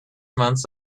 months